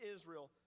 Israel